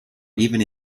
even